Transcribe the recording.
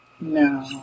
No